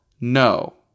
no